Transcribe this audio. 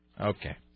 Okay